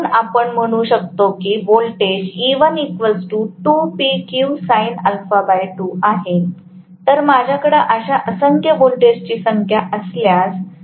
म्हणून आपण म्हणू शकतो की व्होल्टेज आहे तर माझ्याकडे अशा असंख्य व्होल्टेजची संख्या असल्यास